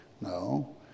No